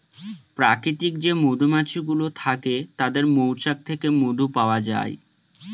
প্রাকৃতিক যে মধুমাছি গুলো থাকে তাদের মৌচাক থেকে মধু পাওয়া যায়